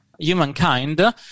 humankind